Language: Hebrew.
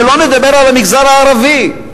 שלא נדבר על המגזר הערבי,